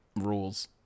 rules